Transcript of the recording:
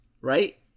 right